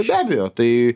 be abejo tai